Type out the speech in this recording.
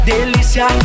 Delícia